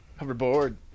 hoverboard